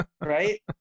Right